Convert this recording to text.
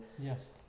Yes